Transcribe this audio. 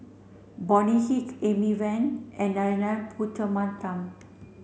Bonny Hick Amy Van and Narana Putumaippittan